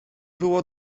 było